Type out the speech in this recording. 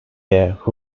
who